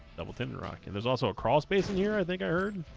double tuned rock and there's also a crawl space in here i think i heard